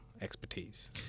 expertise